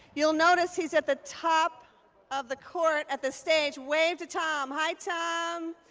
you'll notice he's at the top of the court at this stage. wave to tom. hi, tom!